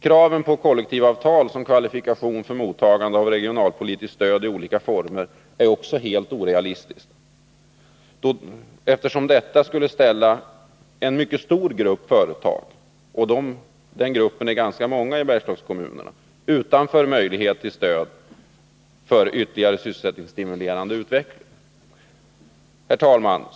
Kravet på kollektivavtal som kvalifikation för mottagande av regionalpolitiskt stöd i olika former är också helt orealistiskt, eftersom detta skulle ställa en mycket stor grupp företag — och de företagen är ganska många i Bergslagskommunerna — utanför möjligheterna till stöd för ytterligare sysselsättningsstimulerande utveckling. Herr talman!